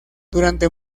durante